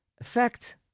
effect